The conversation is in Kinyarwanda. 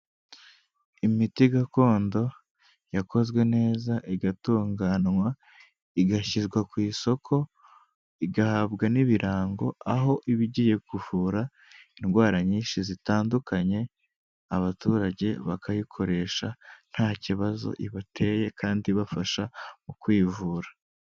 Imiti gakondo yakozwe neza igatunganwa igashyirwa ku isoko igahabwa n'ibirango aho iba igiye kuvura indwara nyinshi zitandukanye abaturage bakayikoresha nta kibazo ibateye kandi ibafasha mu kwivura.